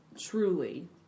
Truly